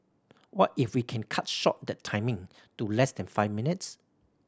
what if we can cut short that timing to less than five minutes